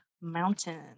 Mountain